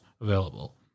available